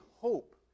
hope